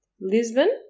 Lisbon